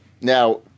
Now